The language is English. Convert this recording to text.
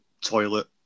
toilet